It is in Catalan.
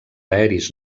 aeris